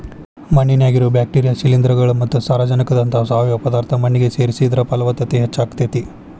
ಮಣ್ಣಿನ್ಯಾಗಿರೋ bacteria, ಶಿಲೇಂಧ್ರಗಳು ಮತ್ತ ಸಾರಜನಕದಂತಹ ಸಾವಯವ ಪದಾರ್ಥ ಮಣ್ಣಿಗೆ ಸೇರಿಸಿದ್ರ ಪಲವತ್ತತೆ ಹೆಚ್ಚಾಗ್ತೇತಿ